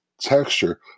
texture